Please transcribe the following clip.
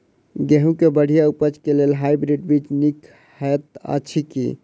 गेंहूँ केँ बढ़िया उपज केँ लेल हाइब्रिड बीज नीक हएत अछि की?